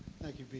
thank you,